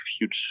huge